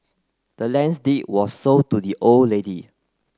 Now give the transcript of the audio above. the land's deed was sold to the old lady